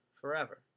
forever